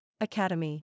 Academy